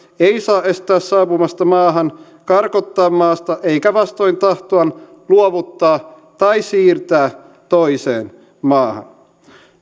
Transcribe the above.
ei saa estää saapumasta maahan karkottaa maasta eikä vastoin tahtoaan luovuttaa tai siirtää toiseen maahan